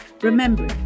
Remember